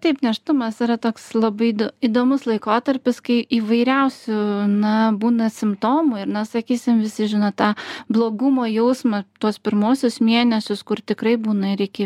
taip nėštumas yra toks labai įdo įdomus laikotarpis kai įvairiausių na būna simptomų ir na sakysim visi žino tą blogumo jausmą tuos pirmuosius mėnesius kur tikrai būna ir iki